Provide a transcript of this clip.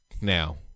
Now